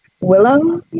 willow